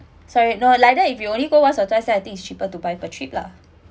sorry no like that if you already go once or twice I think it's cheaper to buy per trip lah